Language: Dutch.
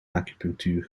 acupunctuur